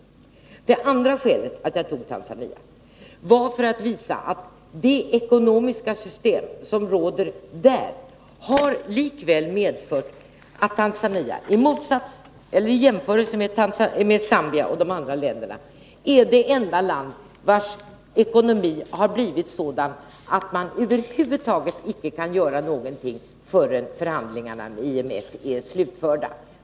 För det andra: Jag tog Tanzania som ett exempel för att visa att det ekonomiska system som råder där har likväl medfört att Tanzania i jämförelse med Zambia och andra afrikanska länder är det enda land vars ekonomi har blivit sådan att man över huvud taget icke kan göra någonting förrän förhandlingarna med IMF är slutförda.